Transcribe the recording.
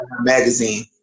magazine